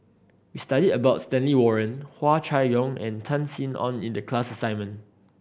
we studied about Stanley Warren Hua Chai Yong and Tan Sin Aun in the class assignment